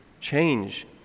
change